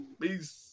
Peace